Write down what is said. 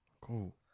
Cool